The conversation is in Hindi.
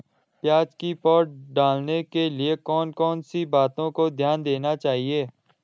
प्याज़ की पौध डालने के लिए कौन कौन सी बातों का ध्यान देना चाहिए?